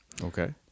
Okay